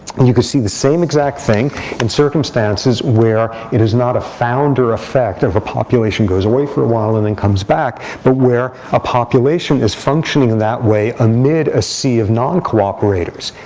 and you could see the same exact thing in circumstances where it is not a founder effect of a population goes away for a while and then comes back, but where a population is functioning in that way amid a sea of non-cooperators.